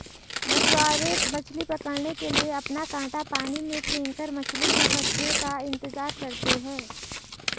मछुआरे मछली पकड़ने के लिए अपना कांटा पानी में फेंककर मछली के फंसने का इंतजार करते है